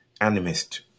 animist